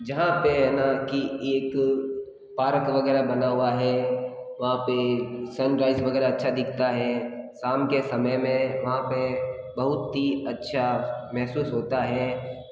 जहाँ पर है ना कि एक पार्क वग़ैरह बना हुआ है वहाँ पर सनराइज वग़ैरह अच्छा दिखता है शाम के समय में वहाँ पर बहुत ही अच्छा महसूस होता है